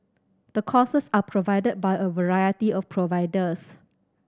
the courses are provided by a variety of providers